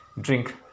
drink